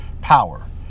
power